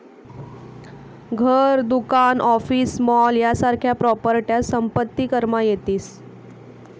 घर, दुकान, office, mall यासारख्या प्रॉपर्ट्या संपत्ती करमा येतीस